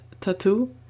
tattoo